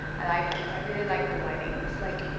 i like it. i really like the lighting. it's like,